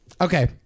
Okay